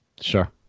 Sure